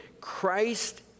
Christ